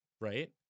right